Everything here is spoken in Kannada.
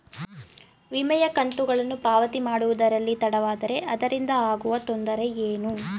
ವಿಮೆಯ ಕಂತುಗಳನ್ನು ಪಾವತಿ ಮಾಡುವುದರಲ್ಲಿ ತಡವಾದರೆ ಅದರಿಂದ ಆಗುವ ತೊಂದರೆ ಏನು?